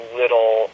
little